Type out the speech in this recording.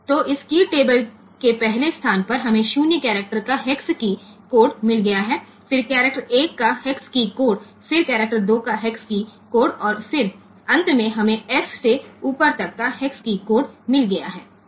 तो इस key table के पहले स्थान पर हमें 0 करैक्टर का हेक्स कीय कोड मिल गया है फिर करैक्टर 1 का हेक्स कीय कोड फिर करैक्टर 2 का हेक्स कीय कोड और फिर अंत में हमें f से ऊपर तक का हेक्स कीय कोड मिल गया है